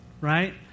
right